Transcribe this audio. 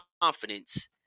confidence